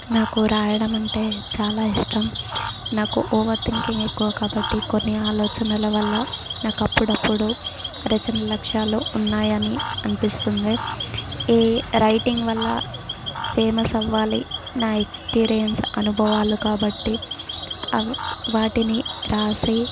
నాకు రాయడం అంటే చాలా ఇష్టం నాకు ఓవర్ థింకింగ్ ఎక్కువ కాబట్టి కొన్ని ఆలోచనల వల్ల నాకు అప్పుడప్పుడు రచన లక్ష్యాలు ఉన్నాయని అనిపిస్తుంది ఈ రైటింగ్ వల్ల ఫేమస్ అవ్వాలి నా ఎక్స్పీరియన్స్ అనుభవాలు కాబట్టి వాటిని రాసి